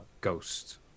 ghosts